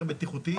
יותר בטיחותיים.